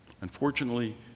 Unfortunately